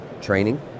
training